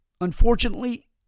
unfortunately